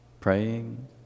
praying